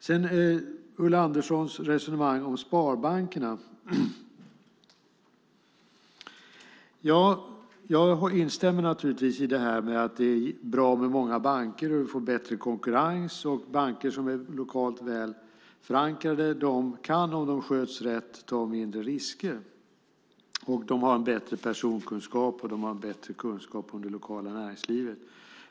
Beträffande Ulla Anderssons resonemang om sparbankerna instämmer jag naturligtvis i att det är bra med många banker. Vi får bättre konkurrens, och banker som är lokalt väl förankrade kan, om de sköts rätt, ta mindre risker. De har en bättre personkunskap och en bättre kunskap om det lokala näringslivet.